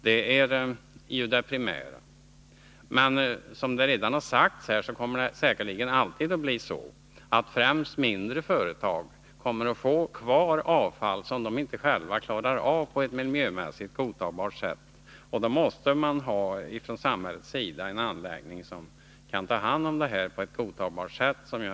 Det är det primära. Som det redan har sagts kommer det säkerligen alltid att vara så att främst mindre företag kommer att få kvar avfall som de själva inte klarar av på ett miljömässigt godtagbart sätt. Och då måste vi från samhällets sida ha en anläggning som kan ta hand om avfallet på ett godtagbart sätt.